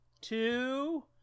two